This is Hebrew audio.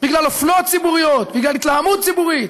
בגלל אופנות ציבוריות, בגלל התלהמות ציבורית.